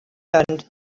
learned